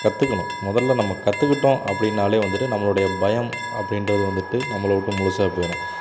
கற்றுக்கணும் முதல்ல நம்ம கற்றுக்கிட்டோம் அப்படின்னாலே வந்துட்டு நம்மளுடைய பயம் அப்படின்றது வந்துட்டு நம்மளை விட்டு முழுசா போயிடும்